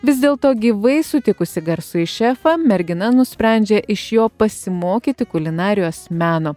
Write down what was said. vis dėlto gyvai sutikusi garsųjį šefą mergina nusprendžia iš jo pasimokyti kulinarijos meno